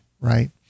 right